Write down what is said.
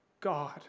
God